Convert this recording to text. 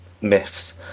myths